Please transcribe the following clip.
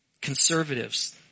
Conservatives